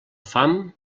fam